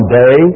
day